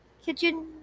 Kitchen